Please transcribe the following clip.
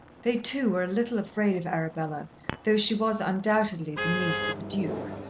they too were a little afraid of arabella though she was undoubtedly the niece of a duke.